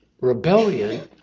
rebellion